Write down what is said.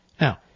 Now